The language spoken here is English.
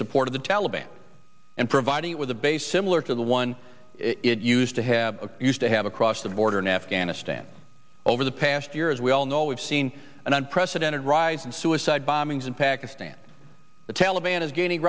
support of the taliban and providing it with a base similar to the one it used to have used to have across the border in afghanistan over the past year as we all know we've seen an unprecedented rise and suicide bombings in pakistan the taliban is gain